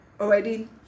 Already